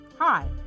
hi